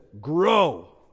Grow